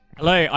hello